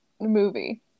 movie